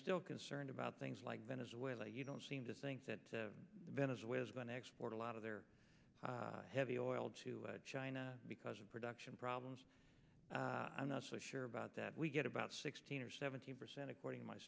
still concerned about things like venezuela you don't seem to think that venezuela's going to export a lot of their heavy oil to china because of production problems i'm not so sure about that we get about sixteen or seventeen percent according to my